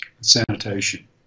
sanitation